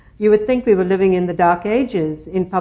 you would think we were living in the dark ages. in